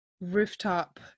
rooftop